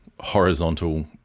horizontal